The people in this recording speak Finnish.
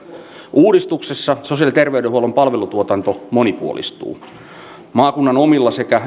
uudistuksessa sosiaali ja terveydenhuollon palvelutuotanto monipuolistuu maakunnan omilla sekä